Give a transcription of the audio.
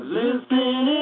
listen